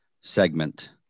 segment